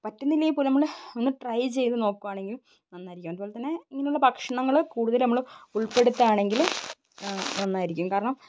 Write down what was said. പറ്റുന്നില്ലെങ്കില്പ്പോലും നമ്മള് ഒന്ന് ട്രൈ ചെയ്ത് നോക്കുകയാണെങ്കിലും നന്നായിരിക്കും അതുപോലെ തന്നെ ഇങ്ങനെയുള്ള ഭക്ഷണങ്ങള് കൂടുതല് നമ്മള് ഉൾപ്പെടുത്തുകയാണെങ്കില് നന്നായിരിക്കും കാരണം